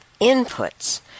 inputs